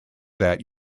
that